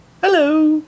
hello